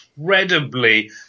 incredibly